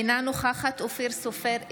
אינה נוכחת אופיר סופר,